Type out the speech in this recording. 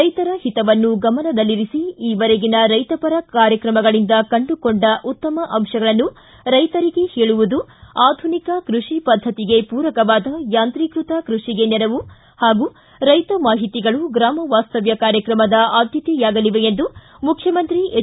ರೈತರ ಹಿತವನ್ನು ಗಮನದಲ್ಲಿರಿಸಿ ಈವರೆಗಿನ ರೈತಪರ ಕಾರ್ಯಕ್ರಮಗಳಿಂದ ಕಂಡುಕೊಂಡ ಉತ್ತಮ ಅಂಶಗಳನ್ನು ರೈತರಿಗೆ ಹೇಳುವುದು ಆಧುನಿಕ ಕೃಷಿ ಪದ್ದತಿಗೆ ಪೂರಕವಾದ ಯಾಂತ್ರೀಕೃತ ಕೃಷಿಗೆ ನೆರವು ಪಾಗೂ ರೈತ ಮಾಹಿತಿಗಳು ಗ್ರಾಮವಾಸ್ತವ್ಯ ಕಾರ್ಯಕ್ರಮದ ಆದ್ಯತೆಯಾಗಲಿವೆ ಎಂದು ಮುಖ್ಯಮಂತ್ರಿ ಎಚ್